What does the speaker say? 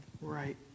right